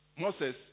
Moses